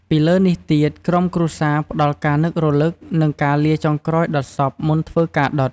ពីលើនេះទៀតក្រុមគ្រួសារផ្ដល់ការនឹករលឹកនិងការលាចុងក្រោយដល់សព មុនធ្វើការដុត។